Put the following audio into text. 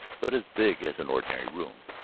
but as big as an ordinary room.